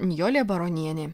nijolė baronienė